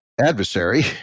adversary